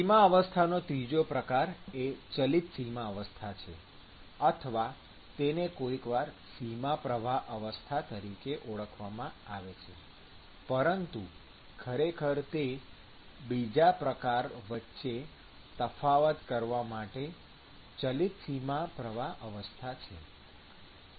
સીમા અવસ્થાનો ત્રીજો પ્રકાર એ ચલિત સીમા અવસ્થા છે અથવા તેને કોઈક વાર સીમા પ્રવાહ અવસ્થા તરીકે ઓળખવામાં આવે છે પરંતુ ખરેખર તે બીજા પ્રકાર વચ્ચે તફાવત કરવા માટે ચલિત સીમા પ્રવાહ અવસ્થા છે